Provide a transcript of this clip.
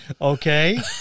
okay